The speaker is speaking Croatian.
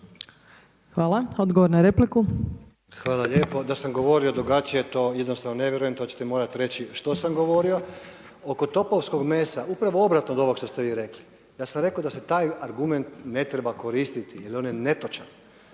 Joško (SDP)** Hvala lijepo. Da sam govorio drugačije to jednostavno ne vjerujem, to ćete morati reći što sam govorio. Oko topovskog mesa, upravo obratno obratno od ovog što ste vi rekli. Ja sam rekao da se taj argument ne treba koristiti jer on je netočan.